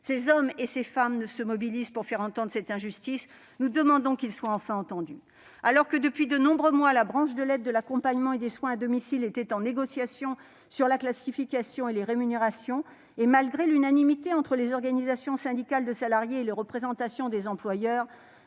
Ces hommes et ces femmes se mobilisent pour faire entendre cette injustice. Nous demandons qu'ils soient enfin entendus. Alors que, depuis de nombreux mois, la branche de l'aide, de l'accompagnement et des soins à domicile était en négociation sur la classification et les rémunérations, et malgré l'unanimité entre les organisations syndicales de salariés et la représentation des employeurs,